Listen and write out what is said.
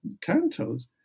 cantos